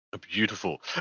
Beautiful